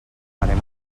anem